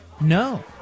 No